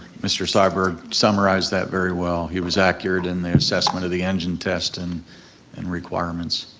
mr. syberg summarized that very well, he was accurate in the assessment of the engine test and and requirements.